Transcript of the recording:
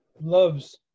loves